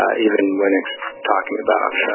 even when it's talking about